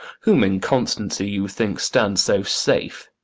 whom in constancy you think stands so safe.